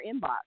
inbox